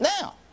Now